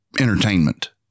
entertainment